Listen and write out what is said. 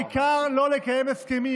העיקר לא לקיים הסכמים,